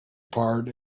part